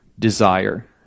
desire